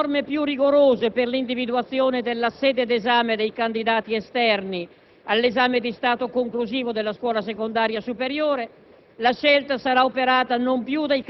1 introduce norme più rigorose per l'individuazione della sede d'esame dei candidati esterni all'esame di Stato conclusivo della scuola secondaria superiore.